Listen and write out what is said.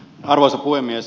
arvoisa puhemies